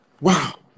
Wow